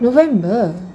november